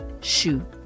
shoe